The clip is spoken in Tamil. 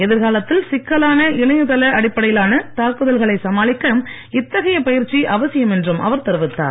எதிர்காலத்தில் சிக்கலான இணையதள அடிப்படையிலான தாக்குதல்களை சமாளிக்க இத்தைகய பயிற்சி அவசியம் என்றும் அவர் தெரிவித்தார்